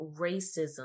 racism